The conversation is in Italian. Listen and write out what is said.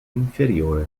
inferiore